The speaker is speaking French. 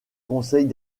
conseils